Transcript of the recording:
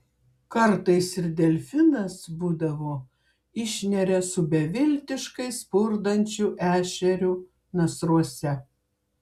kartais ir delfinas būdavo išneria su beviltiškai spurdančiu ešeriu nasruose